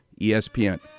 ESPN